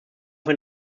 hin